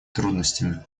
трудностями